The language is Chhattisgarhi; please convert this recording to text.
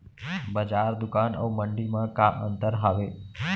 बजार, दुकान अऊ मंडी मा का अंतर हावे?